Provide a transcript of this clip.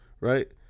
right